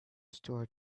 store